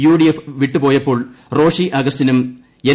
UDF വിട്ട് പോയപ്പോൾ റോഷി അഗസ്റ്റിനും എൻ